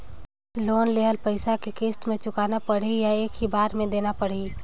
Loan लेहल पइसा के किस्त म चुकाना पढ़ही या एक ही बार देना पढ़ही?